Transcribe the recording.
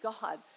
God